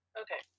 okay